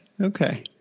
okay